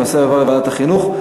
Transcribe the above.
הנושא יועבר לוועדת החינוך.